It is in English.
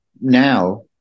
now